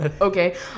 Okay